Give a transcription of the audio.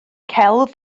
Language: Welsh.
celf